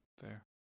Fair